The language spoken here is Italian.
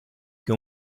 che